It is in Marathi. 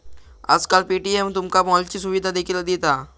आजकाल पे.टी.एम तुमका मॉलची सुविधा देखील दिता